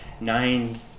Nine